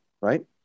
right